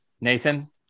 Nathan